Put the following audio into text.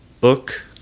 book